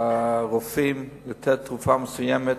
הרופאים לתת תרופה מסוימת,